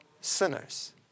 sinners